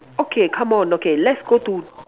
okay come on okay let's go to